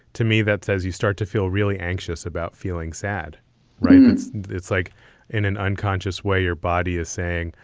to me, that says you start to feel really anxious about feeling sad remnants it's like in an unconscious way. your body is saying,